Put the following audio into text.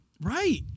right